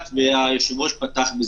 אז אולי נצטרך לחזור עוד פעם לנושא הזה.